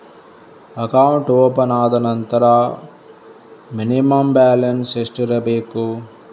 Account open ಆದ ನಂತರ minimum balance ಎಷ್ಟಿರಬೇಕು?